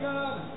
God